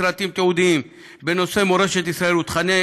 סרטים תיעודיים בנושא מורשת ישראל ותוכני